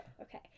Okay